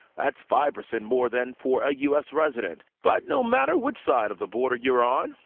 that's five percent more than for a u s. resident. but no matter which side of the border you're on,